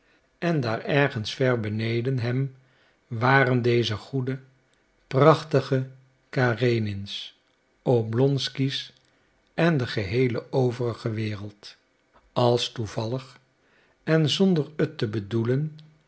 en daar ergens ver beneden hem waren deze goede prachtige karenins oblonsky's en de geheele overige wereld als toevallig en zonder het te bedoelen